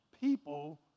people